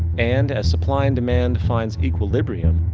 and, as supply and demand defines equilibrium,